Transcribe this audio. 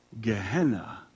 Gehenna